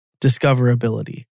discoverability